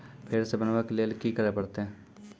फेर सॅ बनबै के लेल की करे परतै?